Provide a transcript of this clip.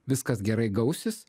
viskas gerai gausis